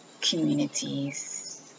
communities